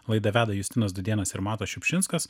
laidą veda justinas dudėnas ir matas šiupšinskas